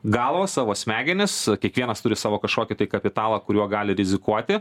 galvą savo smegenis kiekvienas turi savo kažkokį tai kapitalą kuriuo gali rizikuoti